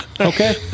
Okay